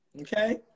Okay